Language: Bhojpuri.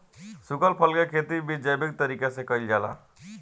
सुखल फल के खेती भी जैविक तरीका से कईल जाला